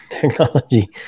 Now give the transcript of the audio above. technology